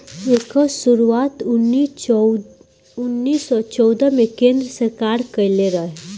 एकर शुरुआत उन्नीस सौ चौदह मे केन्द्र सरकार कइले रहे